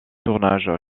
tournage